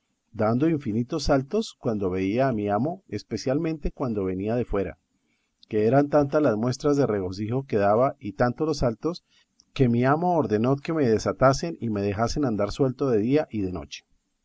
dando infinitos saltos cuando veía a mi amo especialmente cuando venía de fuera que eran tantas las muestras de regocijo que daba y tantos los saltos que mi amo ordenó que me desatasen y me dejasen andar suelto de día y de noche